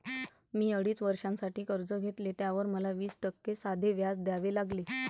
मी अडीच वर्षांसाठी कर्ज घेतले, त्यावर मला वीस टक्के साधे व्याज द्यावे लागले